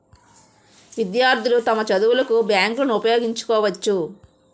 విద్యార్థులు తమ చదువులకు బ్యాంకులను ఉపయోగించుకోవచ్చు